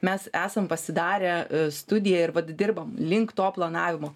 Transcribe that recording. mes esam pasidarę studiją ir vat dirbam link to planavimo